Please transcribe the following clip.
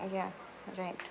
ya right